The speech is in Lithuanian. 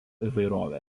įvairovė